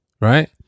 Right